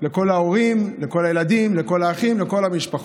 לכל ההורים, לכל הילדים, לכל האחים, לכל המשפחות.